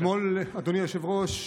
אדוני היושב-ראש,